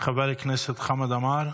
חבר הכנסת חמד עמאר,